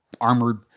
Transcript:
armored